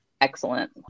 excellent